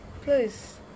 Please